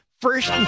First